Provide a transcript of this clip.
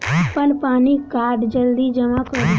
अप्पन पानि कार्ड जल्दी जमा करू?